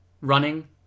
running